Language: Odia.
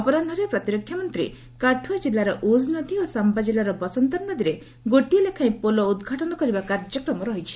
ଅପରାହ୍ନରେ ପ୍ରତିରକ୍ଷାମନ୍ତ୍ରୀ କାଠୁଆ କିଲ୍ଲାର ଉଝ ନଦୀ ଓ ସାମ୍ବା ଜିଲ୍ଲାର ବସନ୍ତର ନଦୀରେ ଗୋଟିଏ ଲେଖାଏଁ ପୋଲ ଉଦ୍ଘାଟନ କରିବାର କାର୍ଯ୍ୟକ୍ମ ରହିଛି